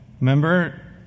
Remember